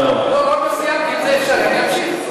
לא, עוד לא סיימתי, אם אפשר אני אמשיך.